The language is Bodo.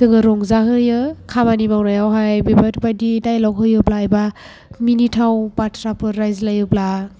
जोङो रंजाहोयो खामानि मावनायावहाय बेफोरबायदि डायलग होयोब्ला एबा मिनिथाव बाथ्राफोर रायज्लायोब्ला